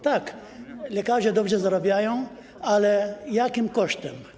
Tak, lekarze dobrze zarabiają, ale jakim kosztem?